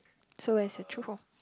so as a truth of